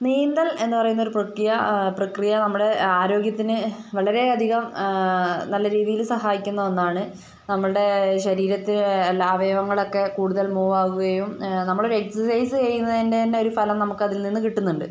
നീന്തൽ എന്നുപറയുന്നൊരു പ്രക്രിയ പ്രക്രിയ നമ്മളെ ആരോഗ്യത്തിന് വളരെയധികം നല്ലരീതിയില് സഹായിക്കുന്ന ഒന്നാണ് നമ്മൾടെ ശരീരത്തിന് അല്ല അവയവങ്ങളൊക്കെ കൂടുതൽ മൂവ് ആകുകയും നമ്മളൊരു എക്സൈസ് ചെയ്യുന്നതിൻ്റെ തന്നെ ഒരു ഫലം നമുക്ക് അതിൽ നിന്ന് കിട്ടുന്നുണ്ട്